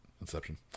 Inception